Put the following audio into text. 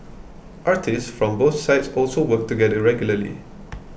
artists from both sides also work together regularly